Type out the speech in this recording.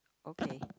okay